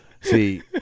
See